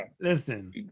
listen